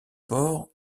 port